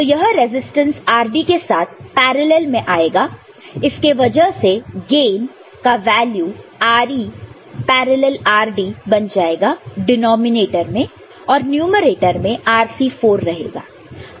तो यह resistance rd के साथ पैरॅलल् में आएगा इसके वजह से गेन का वैल्यू Re पैरॅलल् rd बन जाएगा डिनॉमिनेटर में और न्यूमैरेटर में Rc4 रहेगा